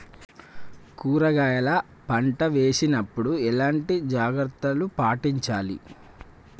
కూరగాయల పంట వేసినప్పుడు ఎలాంటి జాగ్రత్తలు పాటించాలి?